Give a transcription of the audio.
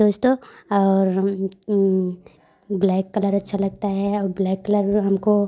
दोस्तों और हम ब्लैक कलर अच्छा लगता है और ब्लैक कलर हमको